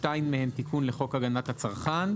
שתיים מהן תיקון לחוק הגנת הצרכן,